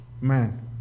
man